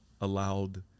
allowed